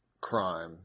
crime